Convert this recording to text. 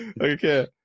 okay